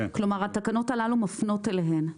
כלומר, התקנות הללו מפנות אליהן.